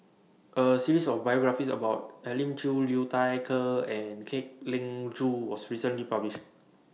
A series of biographies about Elim Chew Liu Thai Ker and Kwek Leng Joo was recently published